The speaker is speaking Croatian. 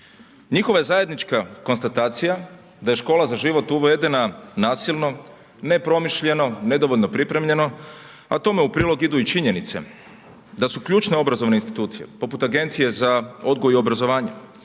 Njihova je zajednička konstatacija da je škola za život uvedena nasilno, nepromišljeno, nedovoljno pripremljeno, a tome u prilog idu i činjenice, da su ključne obrazovne institucije, poput Agencije za odgoj i obrazovanje,